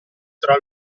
tra